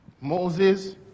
Moses